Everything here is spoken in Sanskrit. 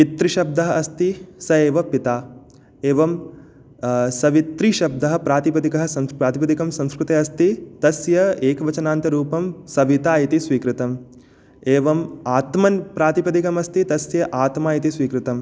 पितृशब्दः अस्ति स एव पिता एवं सवितृशब्दः प्रातिपदिकः सन् प्रातिपदिकं संस्कृते अस्ति तस्य एकवचनान्त रूपं सविता इति स्वीकृतं एवं आत्मन् प्रातिपदिकम् अस्ति तस्य आत्मा इति स्वीकृतम्